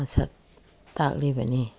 ꯃꯁꯛ ꯇꯥꯛꯂꯤꯕꯅꯤ